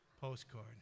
Postcard